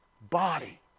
Body